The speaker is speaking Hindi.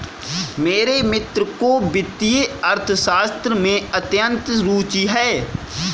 मेरे मित्र को वित्तीय अर्थशास्त्र में अत्यंत रूचि है